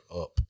up